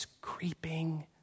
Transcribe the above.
creeping